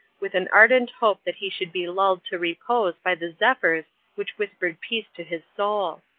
with an ardent hope that he should be lulled to repose by the zephyrs which whispered peace to his soul.